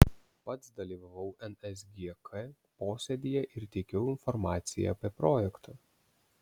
pats dalyvavau nsgk posėdyje ir teikiau informaciją apie projektą